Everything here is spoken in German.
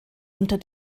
unter